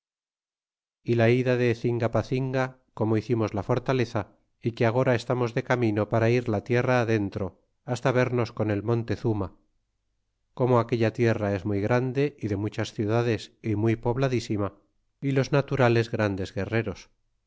y la ida de cingapacinga como hicimos la fortaleza y que agora estamos de camino para ir la tierra adentro hasta vernos con el montezuma como aquella tierra es muy grande y de muchas ciudades y muy pobladísima y los naturales grandes guerreros